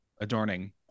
adorning